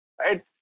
Right